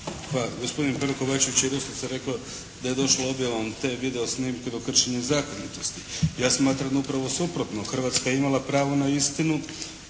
Pa gospodin Pero Kovačević je doslovce rekao da je došlo objavom te video snimke do kršenja zakonitosti. Ja smatram upravo suprotno. Hrvatska je imala pravo na istinu